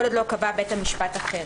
כל עוד לא קבע בית המשפט אחרת.